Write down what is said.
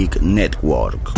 NETWORK